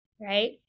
right